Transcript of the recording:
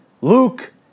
Luke